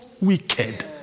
wicked